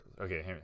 okay